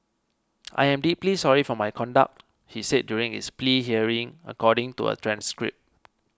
I am deeply sorry for my conduct he said during his plea hearing according to a transcript